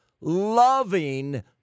loving